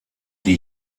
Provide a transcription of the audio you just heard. die